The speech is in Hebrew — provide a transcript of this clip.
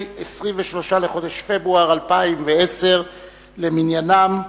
23 לחודש פברואר 2010 למניינם,